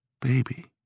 baby